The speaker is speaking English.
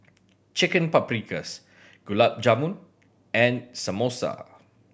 Chicken Paprikas Gulab Jamun and Samosa